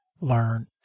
learn